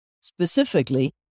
specifically